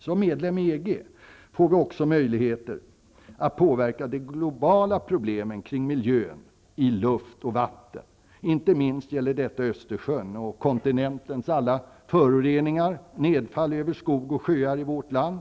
Som medlem i EG får vårt land också möjligheter att påverka de globala miljöproblemen beträffande luft och vatten. Inte minst gäller detta Östersjön och det förhållandet att kontinentens alla föroreningar faller ned över skogar och sjöar i vårt land.